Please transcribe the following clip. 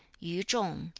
yu-chung,